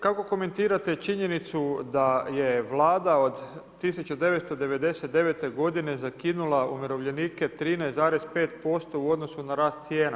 Kako komentirate činjenicu da je Vlada od 1999. godine zakinula umirovljenike 13,5% u odnosu na rast cijena?